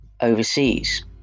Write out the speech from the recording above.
overseas